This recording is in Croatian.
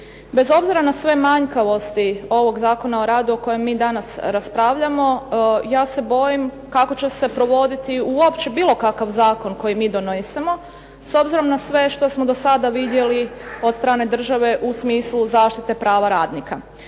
Bez obzira na sve manjkavosti ovog Zakona o radu o kojem mi danas raspravljamo, ja se bojim kako će se provoditi uopće bilo kakav zakon koji mi donesemo, s obzirom na sve što smo do sada vidjeli od strane države u smislu zaštite prava radnika.